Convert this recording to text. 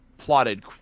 plotted